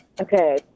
Okay